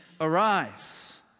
arise